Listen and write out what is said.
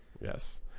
Yes